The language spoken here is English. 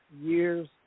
years